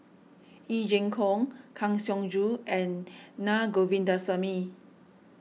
Yee Jenn Jong Kang Siong Joo and Na Govindasamy